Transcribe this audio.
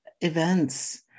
events